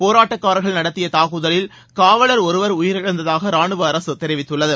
போராட்டக்காரர்கள் நடத்திய தாக்குதலில் காவல் ஒருவர் உயிரிழந்ததாக ராணுவ அரசு தெரிவித்துள்ளது